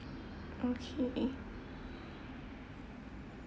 okay